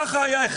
גם אז היה אחד.